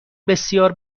بسیار